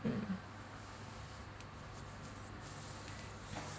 mm